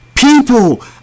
People